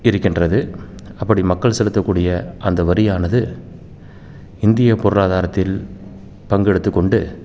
இருக்கின்றது அப்படி மக்கள் செலுத்தக்கூடிய அந்த வரியானது இந்திய பொருளாதாரத்தில் பங்கெடுத்துக் கொண்டு